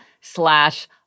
slash